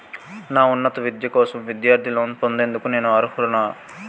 నా ఉన్నత విద్య కోసం విద్యార్థి లోన్ పొందేందుకు నేను అర్హులా?